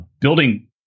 building